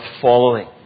following